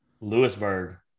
Lewisburg